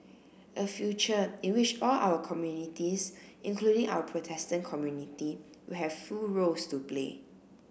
a future in which all our communities including our Protestant community will have full roles to play